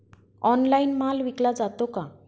Online माल विकला जातो का?